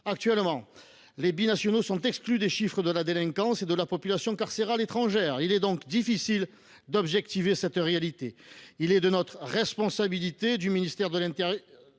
Actuellement, les binationaux sont exclus des chiffres de la délinquance et de la population carcérale étrangère. Il est donc difficile d’objectiver cette réalité. Il est de la responsabilité du ministre de l’intérieur